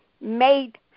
made